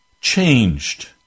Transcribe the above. changed